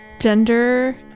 Gender